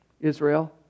Israel